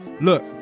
look